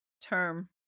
term